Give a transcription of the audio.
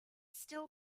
still